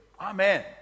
Amen